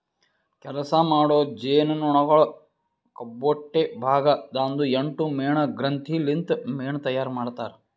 ಕೆಲಸ ಮಾಡೋ ಜೇನುನೊಣಗೊಳ್ ಕೊಬ್ಬೊಟ್ಟೆ ಭಾಗ ದಾಂದು ಎಂಟು ಮೇಣ ಗ್ರಂಥಿ ಲಿಂತ್ ಮೇಣ ತೈಯಾರ್ ಮಾಡ್ತಾರ್